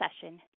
session